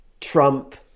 Trump